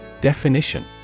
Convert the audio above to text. Definition